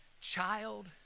child